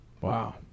Wow